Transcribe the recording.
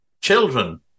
children